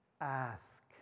Ask